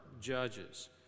judges